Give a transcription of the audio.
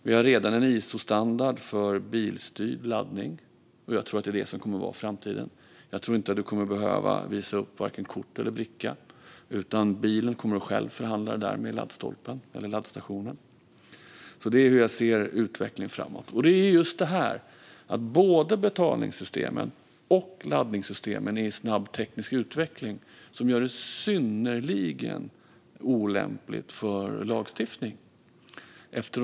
Vi har redan en ISO-standard för bilstyrd laddning, och jag tror att det är det som kommer att vara framtiden. Jag tror alltså inte att man kommer att behöva visa upp vare sig kort eller bricka, utan bilen kommer själv att förhandla det hela med laddstolpen eller laddstationen. Så ser jag på utvecklingen framåt. Både betalningssystemen och laddningssystemen är i snabb teknisk utveckling. Detta gör det synnerligen olämpligt med lagstiftning.